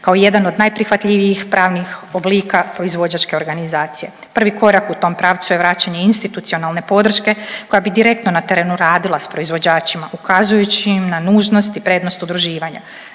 kao jedan od najprihvatljivijih pravnih oblika proizvođačke organizacije. Prvi korak u tom pravcu je vraćanje institucionalne podrške koja bi direktno na terenu radila s proizvođačima ukazujući im na nužnost i prednost udruživanja.